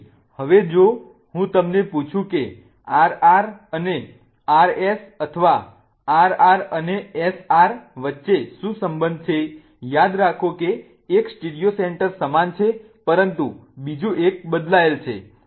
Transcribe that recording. તેથી હવે જો હું તમને પૂછું કે RR અને RS અથવા RR અને SR વચ્ચે શું સંબંધ છે યાદ રાખો કે એક સ્ટીરિયો સેન્ટર સમાન છે પરંતુ બીજું એક બદલાયેલ છે